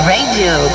Radio